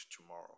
Tomorrow